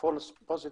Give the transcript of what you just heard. false negative